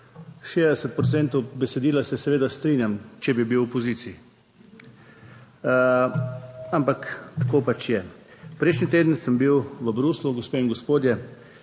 besedila se seveda strinjam, če bi bil v opoziciji, ampak tako pač je. Prejšnji teden sem bil v Bruslju, gospe in gospodje,